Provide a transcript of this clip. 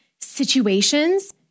situations